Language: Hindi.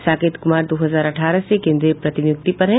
साकेत कुमार दो हजार अठारह से केंद्रीय प्रतिनियुक्ति पर हैं